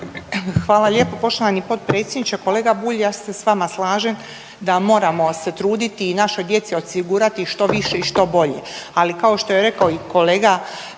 Hvala lijepo poštovani potpredsjedniče. Kolega Bulj ja se sa vama slažem da moramo se truditi i našoj djeci osigurati što više i što bolje.